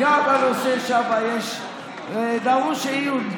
גם הנושא שם דרוש עיון.